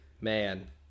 Man